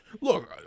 Look